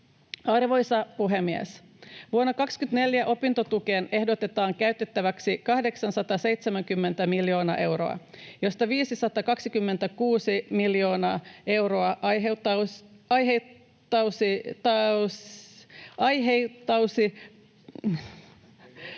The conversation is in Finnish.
Arvoisa puhemies! Vuonna 24 opintotukeen ehdotetaan käytettäväksi 870 miljoonaa euroa, mistä 526 miljoonaa euroa aiheutuisi opintoraha‑